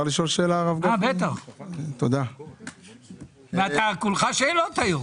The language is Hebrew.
יש פה תקני כוח אדם